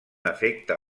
efecte